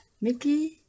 Mickey